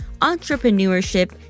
entrepreneurship